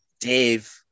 Dave